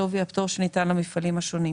בנוסף,